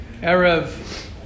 Erev